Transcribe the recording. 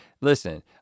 Listen